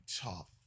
tough